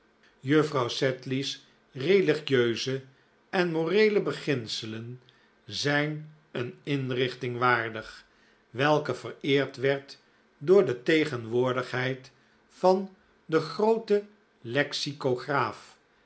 juffrouw sedley's religieuze en moreele beginselen zijn een inrichting waardig welke vereerd werd door de tegenwoordigheid van de groote lexicograaf